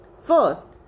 First